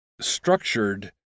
structured